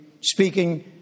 speaking